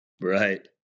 Right